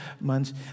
months